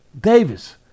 Davis